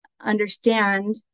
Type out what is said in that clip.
understand